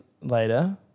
later